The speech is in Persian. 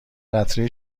قطرهای